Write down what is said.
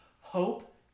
Hope